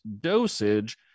dosage